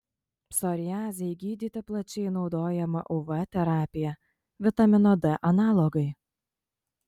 psoriazei gydyti plačiai naudojama uv terapija vitamino d analogai